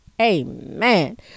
Amen